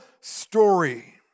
story